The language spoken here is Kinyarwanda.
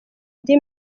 undi